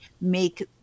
make –